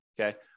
okay